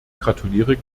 gratuliere